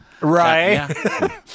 right